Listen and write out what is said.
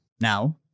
Now